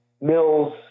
Mills